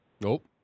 Nope